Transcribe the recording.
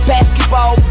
Basketball